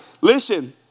Listen